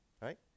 right